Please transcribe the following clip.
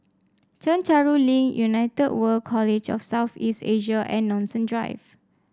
Chencharu Link United World College of South East Asia and Nanson Drive